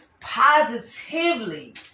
positively